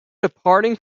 departing